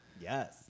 Yes